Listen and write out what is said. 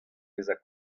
bezañ